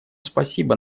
спасибо